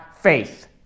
faith